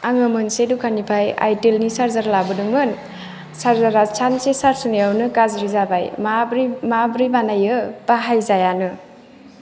आङो मोनसे द'खाननिफ्राय आइदोलनि सार्जार लाबोदोंमोन सार्जारा सानसे सार्ज होनायावनो गार्जि जाबाय माबोरै माबोरै बानायो बाहायजायानो